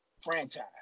franchise